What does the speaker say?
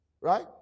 right